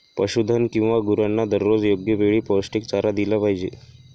पशुधन किंवा गुरांना दररोज योग्य वेळी पौष्टिक चारा दिला पाहिजे